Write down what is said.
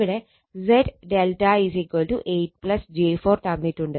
ഇവിടെ ZΔ 8 j 4 തന്നിട്ടുണ്ട്